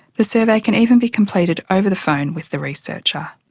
the survey can even be completed over the phone with the researcher.